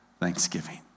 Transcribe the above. thanksgiving